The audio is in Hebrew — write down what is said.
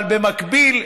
אבל במקביל,